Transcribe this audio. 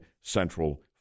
Central